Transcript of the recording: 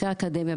אחרי אקדמיה,